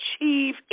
achieve